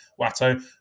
Watto